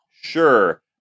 Sure